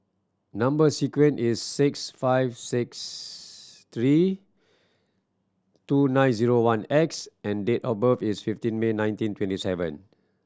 number sequence is six five six three two nine zero one X and date of birth is fifteen May nineteen twenty seven